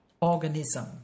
organism